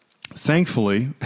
thankfully